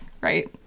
Right